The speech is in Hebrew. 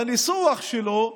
בניסוח שלו,